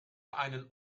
einen